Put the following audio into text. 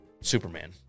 Superman